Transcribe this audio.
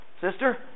sister